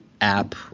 app